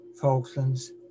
Falklands